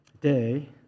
day